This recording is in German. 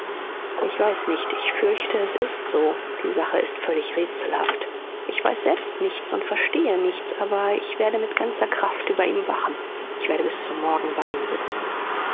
ich weiß nicht ich fürchte es ist so die sache ist völlig rätselhaft ich weiß selbst nichts und verstehe nichts aber ich werde mit ganzer kraft über ihm wachen ich werde bis zum morgen bei ihm sitzen